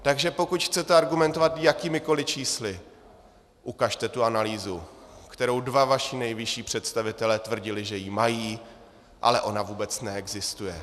Takže pokud chcete argumentovat jakýmikoli čísly, ukažte tu analýzu, o které dva vaši nejvyšší představitelé tvrdili, že ji mají, ale ona vůbec neexistuje.